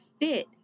fit